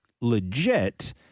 legit